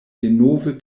denove